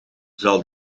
zal